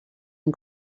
and